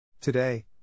Today